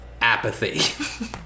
apathy